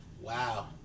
Wow